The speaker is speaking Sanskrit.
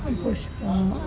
पुष्पं